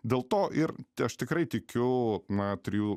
dėl to ir aš tikrai tikiu na trijų